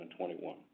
2021